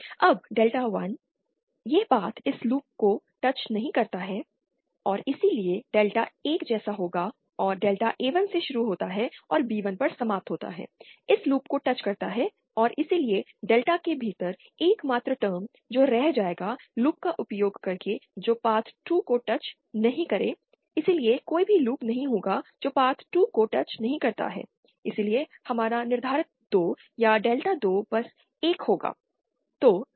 अब डेल्टा 1 यह पाथ इस लूप को टच नहीं करता है और इसलिए डेल्टा एक जैसा होगा और डेल्टा A1 से शुरू होता है और B 1 पर समाप्त होता है इस लूप को टच करता है और इसलिए डेल्टा के भीतर एकमात्र टर्म जो रह जाएगा लूप का उपयोग करके जो पाथ 2 को टच नहीं करें इसलिए कोई भी लूप नहीं होगा जो पाथ 2 को टच नहीं करता है इसलिए हमारा निर्धारक 2 या डेल्टा 2 बस 1 होगा